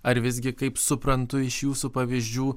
ar visgi kaip suprantu iš jūsų pavyzdžių